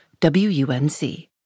WUNC